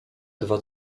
dwa